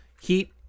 Heat